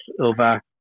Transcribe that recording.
over